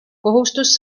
kohustus